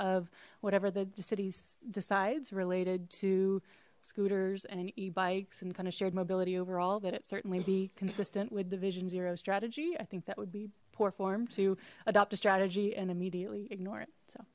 of whatever the city's decides related to scooters and bikes and kind of shared mobility over all that it certainly be consistent with the vision zero strategy i think that would be poor form to adopt a strategy and immediately ignore it so